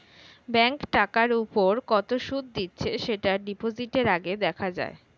bank টাকার উপর কত সুদ দিচ্ছে সেটা ডিপোজিটের আগে দেখা যায়